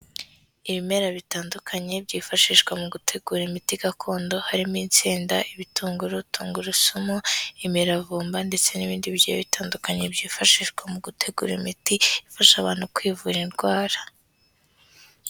Ibimera bitandukanye byifashishwa mu gutegura imiti gakondo, harimo insenda, ibitunguru, tungurusumu, imiravumba ndetse n'ibindi bigiye bitandukanye byifashishwa mu gutegura imiti ifasha abantu kwivura indwara.